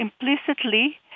implicitly